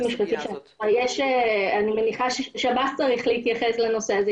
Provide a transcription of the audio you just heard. אני מניחה ששב"ס צריך להתייחס לנושא הזה.